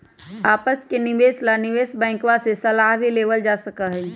आपस के निवेश ला निवेश बैंकवा से सलाह भी लेवल जा सका हई